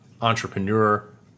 entrepreneur